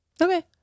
Okay